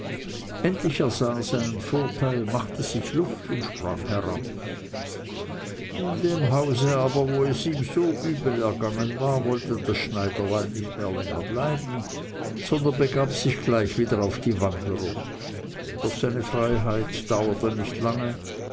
endlich ersah er seinen vorteil machte sich luft und sprang heraus in dem hause aber wo es ihm so übel ergangen war wollte das schneiderlein nicht länger mehr bleiben sondern begab sich gleich wieder auf die wanderung doch seine freiheit dauerte nicht lange